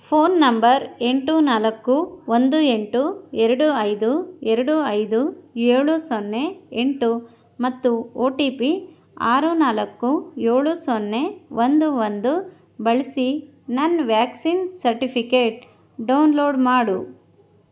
phone number ಎಂಟು ನಾಲ್ಕು ಒಂದು ಎಂಟು ಎರಡು ಐದು ಎರಡು ಐದು ಏಳು ಸೊನ್ನೆ ಎಂಟು ಮತ್ತು ಒ ಟಿ ಪಿ ಆರು ನಾಲ್ಕು ಏಳು ಸೊನ್ನೆ ಒಂದು ಒಂದು ಬಳಸಿ ನನ್ನ ವ್ಯಾಕ್ಸಿನ್ ಸರ್ಟಿಫಿಕೇಟ್ ಡೌನ್ಲೋಡ್ ಮಾಡು